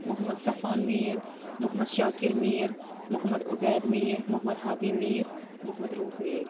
Mohammad Safwan Mir Mohammad Shakir Mir Mohammad Ubaid Mir Mohammad Hadi Mir Mohammad Rauf Mir